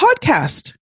podcast